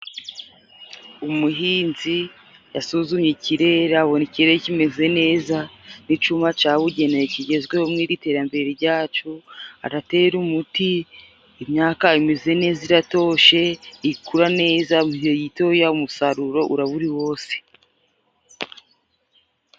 Umuhinzi yasuzumye ikirere, abona kirere kimeze neza n'icyuma cyabugenewe kigezweho mu iterambere ryacu, aratera umuti imyaka imeze neza, iratoshye, ikura neza igihe gitoya umusaruro uraba wose.